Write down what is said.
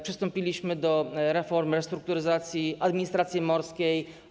Przystąpiliśmy do reform restrukturyzacji administracji morskiej.